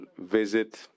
visit